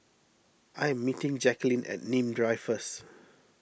I am meeting Jacqueline at Nim Drive first